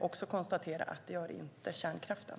Det gör inte kärnkraften.